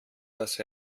dass